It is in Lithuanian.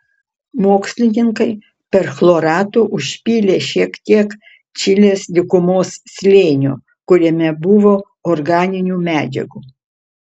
mokslininkai perchloratu užpylė šiek tiek čilės dykumos slėnio kuriame buvo organinių medžiagų